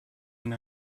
and